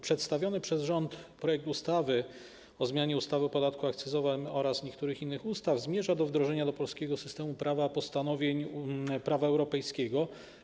Przedstawiony przez rząd projekt ustawy o zmianie ustawy o podatku akcyzowym oraz niektórych innych ustaw zmierza do wdrożenia do polskiego systemu prawa postanowień prawa europejskiego.